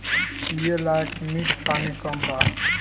पिए लायक मीठ पानी कम बा